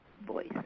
voice